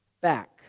back